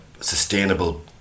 sustainable